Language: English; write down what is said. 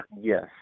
yes